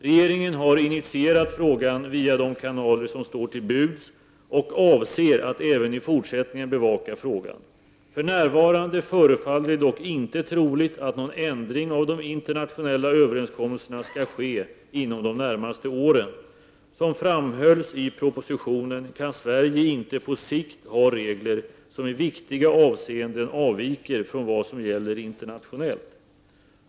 Regeringen har initierat frågan via de kanaler som står till buds och avser att även i fortsättningen bevaka frågan. För närvarande förefaller det dock inte troligt att någon ändring av de internationella överenskommelserna skall ske inom de närmaste åren. Som framhölls i propositionen kan Sverige inte på sikt ha regler som i viktiga avseenden avviker från vad som gäller internationellt .